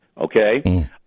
Okay